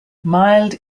mild